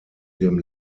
dem